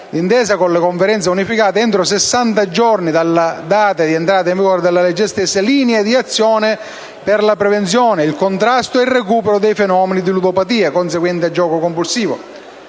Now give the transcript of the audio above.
d'intesa con la Conferenza unificata, entro 60 giorni dalla data di entrata in vigore della legge stessa, linee d'azione per la prevenzione, il contrasto e il recupero di fenomeni di ludopatia conseguente a gioco compulsivo.